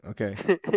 Okay